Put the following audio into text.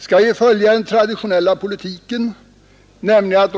Skall vi följa den traditionella politiken, nämligen